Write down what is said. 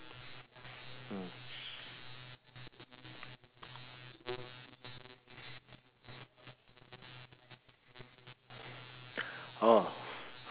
oh